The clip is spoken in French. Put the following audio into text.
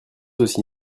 aussi